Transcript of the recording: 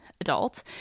adult